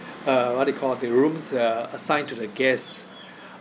uh what you call the rooms uh assigned to the guests